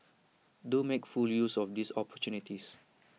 do make full use of these opportunities